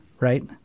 right